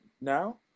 now